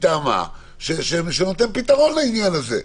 מטעמה שנותן פתרון לעניין הזה.